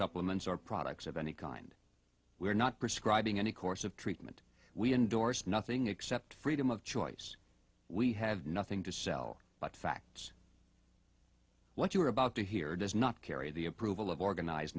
supplements or products of any kind we are not prescribing any course of treatment we endorse nothing except freedom of choice we have nothing to sell but facts what you are about to hear does not carry the approval of organized